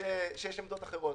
שיש עמדות אחרות.